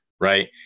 right